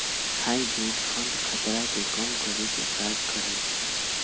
hybrid fund खतरा के कम करेके काज करइ छइ